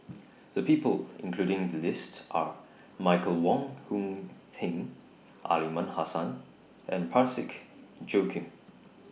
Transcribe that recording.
The People included in The list Are Michael Wong Hong Teng Aliman Hassan and Parsick Joaquim